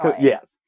Yes